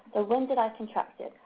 ah when did i contract it?